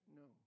no